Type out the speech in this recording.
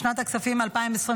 בשנת הכספים 2025,